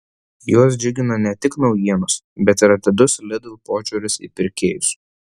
juos džiugina ne tik naujienos bet ir atidus lidl požiūris į pirkėjus